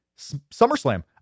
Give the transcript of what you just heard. SummerSlam